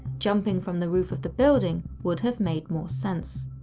jumping from the roof of the building would have made more sense.